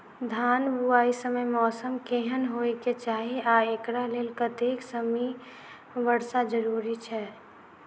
धान बुआई समय मौसम केहन होइ केँ चाहि आ एकरा लेल कतेक सँ मी वर्षा जरूरी छै?